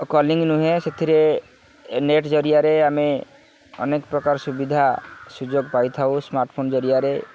କଲିଙ୍ଗ ନୁହେଁ ସେଥିରେ ନେଟ୍ ଜରିଆରେ ଆମେ ଅନେକ ପ୍ରକାର ସୁବିଧା ସୁଯୋଗ ପାଇଥାଉ ସ୍ମାର୍ଟଫୋନ୍ ଜରିଆରେ